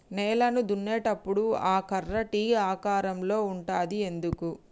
నేలను దున్నేటప్పుడు ఆ కర్ర టీ ఆకారం లో ఉంటది ఎందుకు?